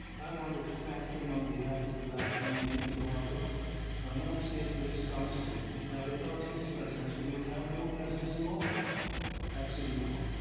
i want to thank him on behalf of the black community in toronto. and i want to say to this council that without his presence we would have no presence at all at city hall.